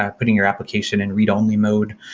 ah putting your application in read-only mode,